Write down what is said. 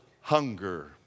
hunger